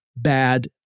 bad